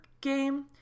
game